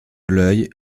l’œil